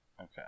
okay